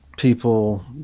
People